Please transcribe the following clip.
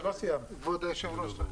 כבוד היו"ר.